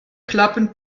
klappen